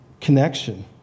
connection